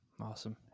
Awesome